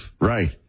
Right